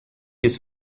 these